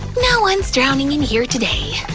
no one's drowning in here today!